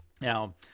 Now